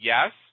Yes